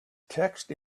text